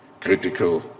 critical